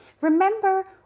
Remember